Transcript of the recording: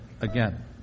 again